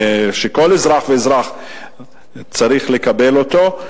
שכל אזרח ואזרח צריך לקבל אותו.